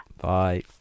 Bye